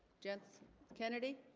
gents kennedy